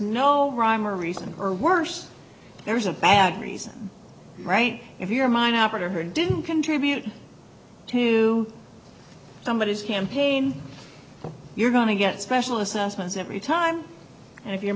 no rhyme or reason or worse there's a bad reason right if your mine operator her didn't contribute to somebody campaign you're going to get special assessments every time and if your